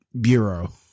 bureau